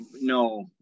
no